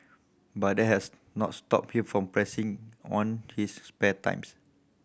but that has not stopped him from pressing on his spare times